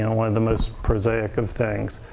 and one of the most prosaic of things.